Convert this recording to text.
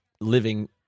living